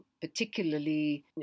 particularly